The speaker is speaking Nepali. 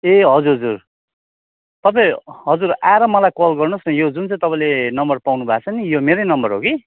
ए हजुर हजुर तपाईँ हजुर आएर मलाई कल गर्नुहोस् न यो जुन चाहिँ तपाईँले नम्बर पाउनु भएको छ नि यो मेरै नम्बर हो कि